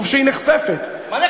טוב שהיא נחשפת, מה נחשפת?